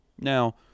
Now